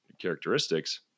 Characteristics